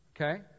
Okay